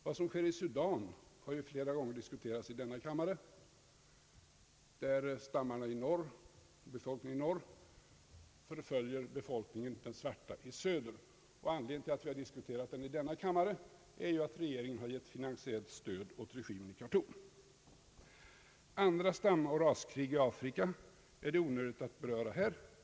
Vad som sker i Sudan har ju flera gånger diskuterats i denna kammare. Där förföljer befolkningen i norr den svarta befolkningen i söder. Anledningen till att vi har diskuterat den saken i denna kammare är att regeringen har lämnat finansiellt stöd åt regimen i Kartum. Andra stamoch raskrig i Afrika är det onödigt att beröra här.